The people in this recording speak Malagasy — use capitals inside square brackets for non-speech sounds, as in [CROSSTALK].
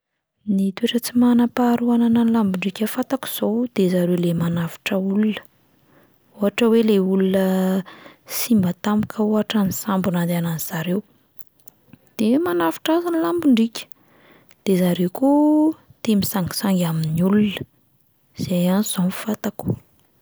Ny toetra tsy manam-paharoa ananan'ny lambondriaka fantako izao de zareo le manavotra olona, ohatra hoe le olona [HESITATION] simba tampoka ohatra ny sambo nandehanan'zareo de manavotra azy ny lambondriaka, de zareo koa tia misangisangy amin'ny olona, zay ihany izao no fantako.